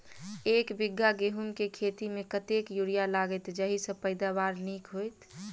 एक बीघा गेंहूँ खेती मे कतेक यूरिया लागतै जयसँ पैदावार नीक हेतइ?